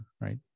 right